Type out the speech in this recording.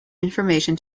information